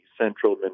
central